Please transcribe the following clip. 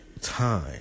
time